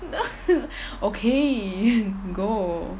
okay go